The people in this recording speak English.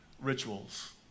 rituals